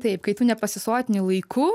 taip kai tu nepasisotinti laiku